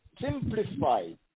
simplified